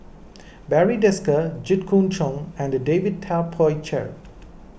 Barry Desker Jit Koon Ch'ng and David Tay Poey Cher